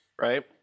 Right